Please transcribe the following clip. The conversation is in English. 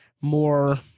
more